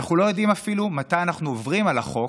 אנחנו לא יודעים אפילו מתי אנחנו עוברים על החוק,